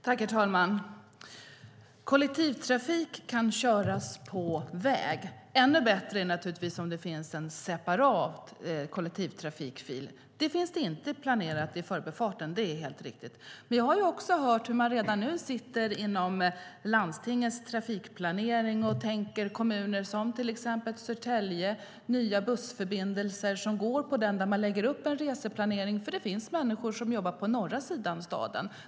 Herr talman! Kollektivtrafiken kan köras på väg, och ännu bättre är det naturligtvis om det finns en separat kollektivtrafikfil. Det är helt riktigt inte planerat i förbifarten. Vi har också hört hur man på landstingets trafikavdelning planerar nya bussförbindelser exempelvis i Södertälje för dem som jobbar i norra sidan av staden.